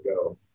go